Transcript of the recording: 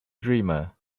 dreamer